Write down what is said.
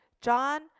john